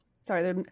Sorry